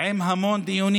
המון דיונים.